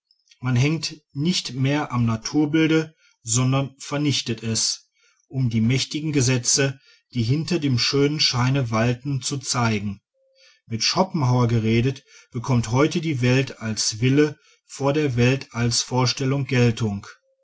man hängt nicht mehr am naturbilde sondern vernichtet es um die mächtigen gesetze die hinter dem schönen scheine walten zu zeigen mit schopenhauer geredet bekommt heute die welt als wille vor der welt als vorstellung geltung